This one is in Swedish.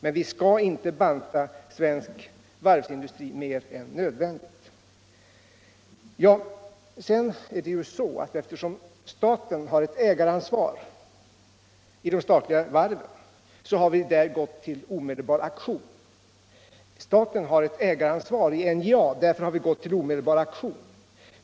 Men vi skall inte banta svensk varvsindustri mer än nödvändigt. Eftersom staten har ett ägaransvar i de statliga varven har vi där gått till omedelbar aktion. Staten har ett ägaransvar i NJA, och därför har vi där gått till omedelbar aktion.